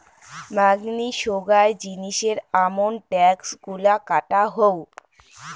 মাঙনি সোগায় জিনিসের আমন ট্যাক্স গুলা কাটা হউ